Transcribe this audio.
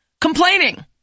complaining